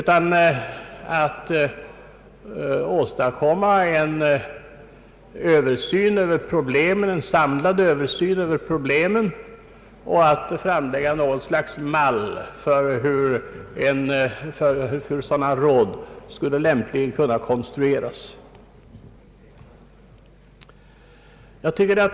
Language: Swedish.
Min avsikt har varit att åstadkomma en samlad översyn av problemen och att framlägga något slag av mall för hur sådana råd lämpligen skulle kunna konstrueras.